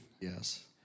Yes